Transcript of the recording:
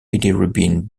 bilirubin